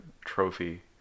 trophy